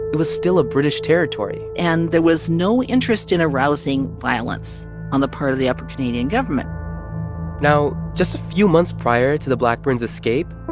was still a british territory and there was no interest in arousing violence on the part of the upper canadian government now, just a few months prior to the blackburns' escape,